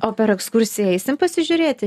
o per ekskursiją eisim pasižiūrėti